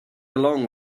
along